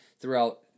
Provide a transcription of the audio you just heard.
throughout